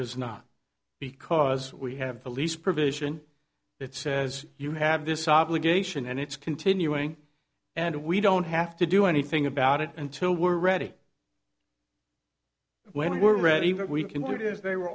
does not because we have police provision that says you have this obligation and it's continuing and we don't have to do anything about it until we're ready when we're ready what we can do is they were